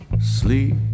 sleep